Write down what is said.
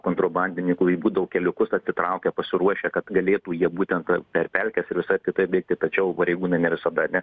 kontrabandininkui būdavo į keliukus atsitraukę pasiruošę kad galėtų jie būtent p per pelkes ir visaip kitaip bėgti tačiau pareigūnai ne visada ane